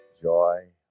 joy